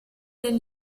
nel